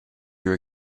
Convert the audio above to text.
your